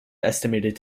estimated